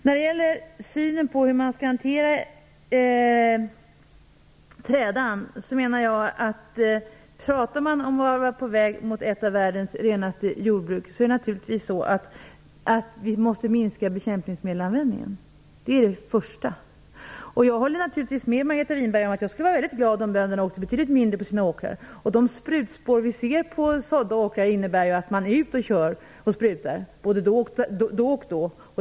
När det gäller synen på hur man skall hantera trädan menar jag att vi måste minska bekämpningsmedelsanvändningen om man pratar om att vara på väg mot ett av världens renaste jordbruk. Det är det första. Jag skulle som Margareta Winberg vara väldigt glad om bönderna åkte betydligt mindre på sin åkrar. De sprutspår vi ser på sådda åkrar innebär att man är ute och kör och sprutar då och då.